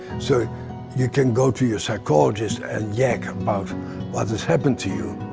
so you can go to your psychologist and yak about what has happened to you.